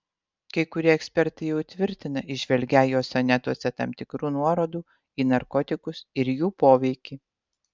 kai kurie ekspertai jau tvirtina įžvelgią jo sonetuose tam tikrų nuorodų į narkotikus ir jų poveikį